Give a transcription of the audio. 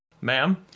ma'am